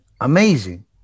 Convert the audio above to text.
amazing